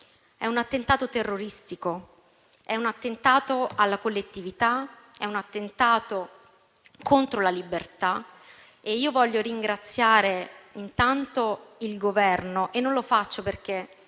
è un attentato terroristico, è un attentato alla collettività, è un attentato contro la libertà. Io voglio ringraziare innanzitutto il Governo, e non lo faccio perché